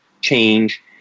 change